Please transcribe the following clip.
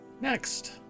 next